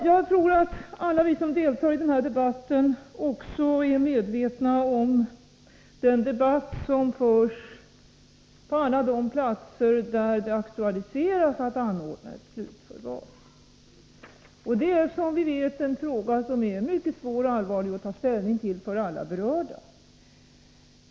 Jag tror att alla vi som deltar i den här debatten också är medvetna om den debatt som förs på alla de platser där det aktualiseras att anordna ett slutförvar. Det är, som vi vet, en fråga som är mycket allvarlig och svår att ta ställning till för alla berörda.